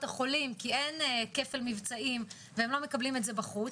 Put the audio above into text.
החולים כי אין 'כפל מבצעים' והם לא מקבלים את זה בחוץ,